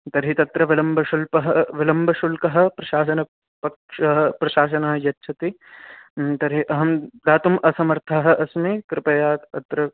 तर्हि तत्र विलम्बशुल्कः विलम्बशुल्कः प्रशासनपक्षः प्रशासनः यच्छति तर्हि अहं दातुम् असमर्थः अस्मि कृपया अत्र